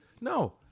No